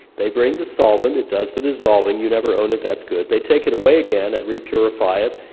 they bring the solvent it does the dissolving. you never own it, that's good. they take it away again and repurify it,